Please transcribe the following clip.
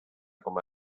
come